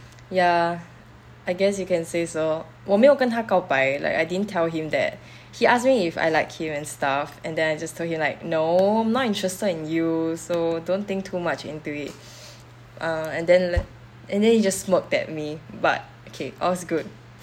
ya I guess you can say so 我没有跟他告白 like I didn't tell him that he asked me if I like him and stuff and then I just told him like no I'm not interested in you so don't think too much into it ah and then and then he just smirked at me but okay all is good